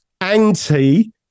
anti